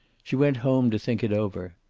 she went home to think it over.